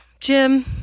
Jim